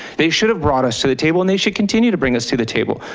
they should have brought us to the table and they should continue to bring us to the table.